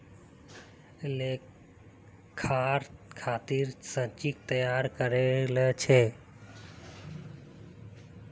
लेखाकार खातर संचित्र तैयार करे लील छ